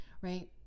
right